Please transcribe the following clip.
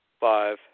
five